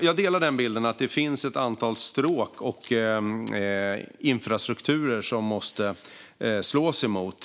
Jag delar bilden att det finns ett antal stråk och infrastrukturer som det måste slås emot.